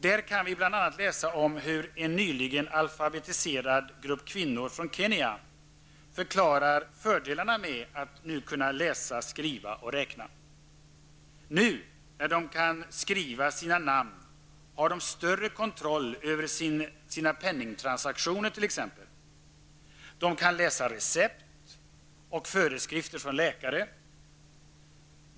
Där kan vi bl.a. läsa om hur en nyligen alfabetiserad grupp kvinnor från Kenya förklarar fördelarna med att kunna läsa, skriva och räkna. Nu, när de kan skriva sina namn, har de större kontroll över exempelvis sin penningtransaktioner. De kan läsa recept och föreskrifter från sin läkare.